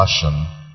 Passion